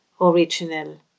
original